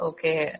Okay